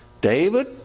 David